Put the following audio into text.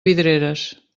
vidreres